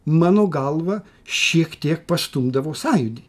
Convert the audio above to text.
mano galva šiek tiek pastumdavo sąjūdį